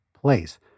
place